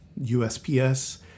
USPS